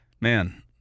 Man